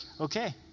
okay